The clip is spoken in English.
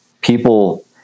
people